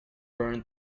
burned